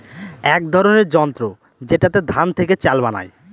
এক ধরনের যন্ত্র যেটাতে ধান থেকে চাল বানায়